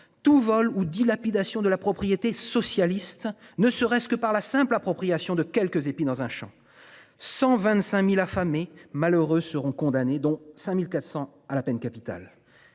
tout Vol ou dilapidation de la propriété socialiste ne serait-ce que par la simple appropriation de quelques épis dans un Champ 125.000 affamé malheureux seront condamnés dont 5400 à la peine capitale.